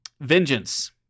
Vengeance